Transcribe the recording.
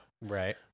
Right